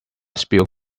spilled